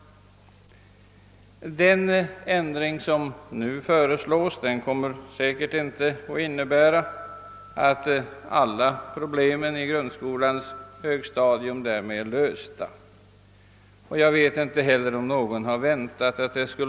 Den ändring som nu föreslås kommer säkerligen inte att innebära att alla problem på grundskolans högstadium blir lösta — jag vet inte heller om någon hade väntat sig det.